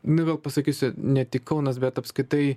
na vėl pasakysiu ne tik kaunas bet apskitai